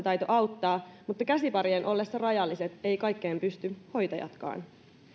ammattitaito auttaa mutta käsiparien ollessa rajalliset eivät kaikkeen pysty hoitajatkaan